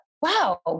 Wow